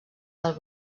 del